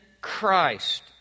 Christ